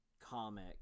comic